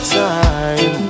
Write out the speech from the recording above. time